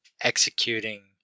executing